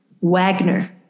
Wagner